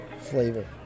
flavor